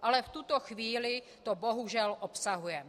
Ale v tuto chvíli to bohužel obsahuje.